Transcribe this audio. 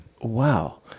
Wow